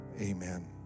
Amen